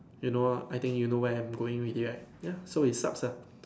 you know ah I think you know where I am going already right ya so it sucks lah